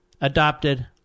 adopted